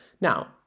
Now